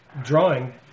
drawing